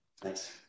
Thanks